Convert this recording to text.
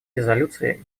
резолюции